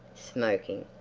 smoking.